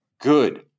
good